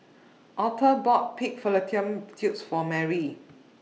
Auther bought Pig Fallopian Tubes For Merrily